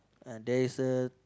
there is a